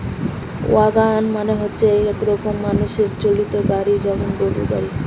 wagon মানে হচ্ছে এক রকমের মানুষ চালিত গাড়ি যেমন গরুর গাড়ি